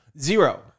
Zero